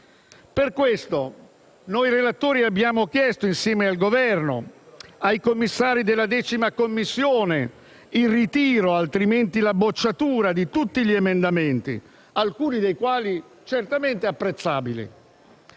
Per questo noi relatori abbiamo chiesto, insieme al Governo e ai commissari della 10a Commissione, il ritiro o altrimenti la bocciatura di tutti gli emendamenti, alcuni dei quali certamente apprezzabili.